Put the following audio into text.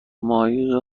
ماهی